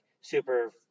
super